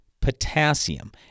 potassium